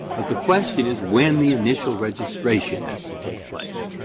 but the question is when the initial registration has to take place,